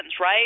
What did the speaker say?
right